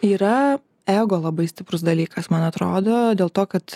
yra ego labai stiprus dalykas man atrodo dėl to kad